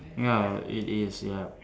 ya it is ya